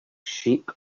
sheep